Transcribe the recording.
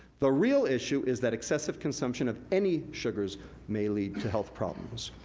the real issue is that excessive consumption of any sugars may lead to health problems.